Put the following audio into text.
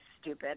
stupid